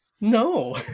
No